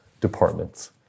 departments